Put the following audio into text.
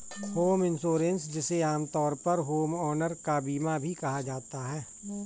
home insurance जिसे आमतौर पर होमओनर का बीमा भी कहा जाता है